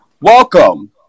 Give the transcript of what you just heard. welcome